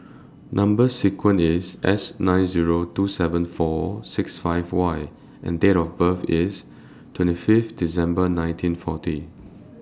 Number sequence IS S nine Zero two seven four six five Y and Date of birth IS twenty five December nineteen forty